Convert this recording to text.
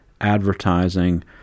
Advertising